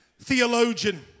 theologian